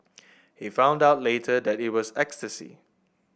he found out later that it was ecstasy